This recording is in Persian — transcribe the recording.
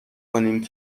کنیم